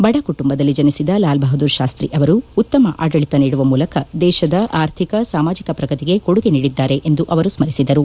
ಬದ ಕುಟುಂಬದಲ್ಲಿ ಜನಿಸಿದ ಲಾಲ್ಬಹದ್ದೂರ್ ಶಾಸ್ತಿ ಅವರು ಉತ್ತಮ ಆಡಳಿತ ನೀಡುವ ಮೂಲಕ ದೇಶದ ಆರ್ಥಿಕ ಸಾಮಾಜಿಕ ಪ್ರಗತಿಗೆ ಕೊಡುಗೆ ನೀಡಿದ್ದಾರೆ ಎಂದು ಅವರು ಸ್ಮರಿಸಿದರು